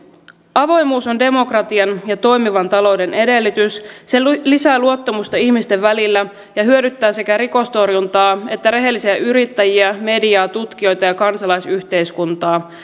avoimuus on demokratian ja toimivan talouden edellytys se lisää luottamusta ihmisten välillä ja hyödyttää sekä rikostorjuntaa että rehellisiä yrittäjiä mediaa tutkijoita ja kansalaisyhteiskuntaa